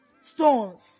stones